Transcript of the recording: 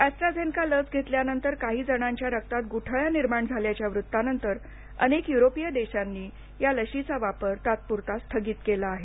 AstraZeneca लस धेतल्यानंतर काही जणांच्या रक्तात गुठळ्या निर्माण झाल्याच्या वृत्तानंतर अनेक यु्रोपीय देशांनी या लशीचा वापर तात्पुरता स्थगित केला आहे